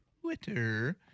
Twitter